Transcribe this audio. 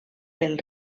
pel